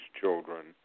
children